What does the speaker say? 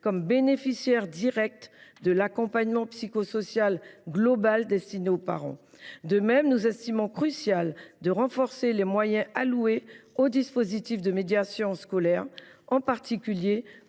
comme bénéficiaires directs de l’accompagnement psychosocial global destiné aux parents. De même, nous estimons crucial de renforcer les moyens alloués aux dispositifs de médiation scolaire, en particulier